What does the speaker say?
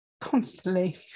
constantly